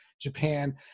Japan